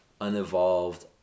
unevolved